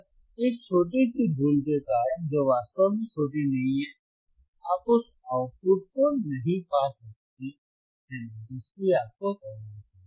बस इस छोटी सी भूल के कारण जो वास्तव में छोटी नहीं है आप उस आउटपुट को नहीं पा सकते हैं जिसकी आपको तलाश है